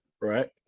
Right